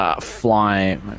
fly